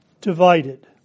divided